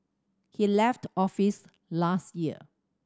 he left office last year